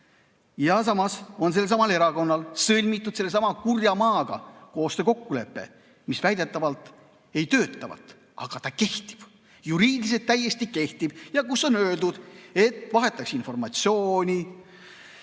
Ja sellel erakonnal on sõlmitud sellesama kurja maaga koostöökokkulepe, mis väidetavalt ei tööta, aga ta kehtib. Juriidiliselt täiesti kehtib ja selles on öeldud, et vahetatakse informatsiooni.